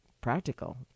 practical